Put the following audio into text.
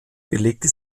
belegte